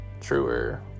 truer